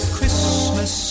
Christmas